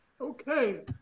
Okay